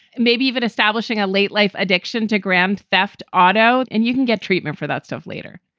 maybe even establishing a late life addiction to grand theft auto. and you can get treatment for that stuff later.